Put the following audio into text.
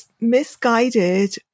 misguided